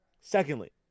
Secondly